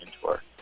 tour